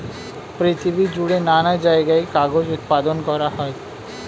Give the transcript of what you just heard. পৃথিবী জুড়ে নানা জায়গায় কাগজ উৎপাদন করা হয়